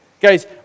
Guys